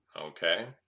Okay